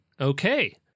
Okay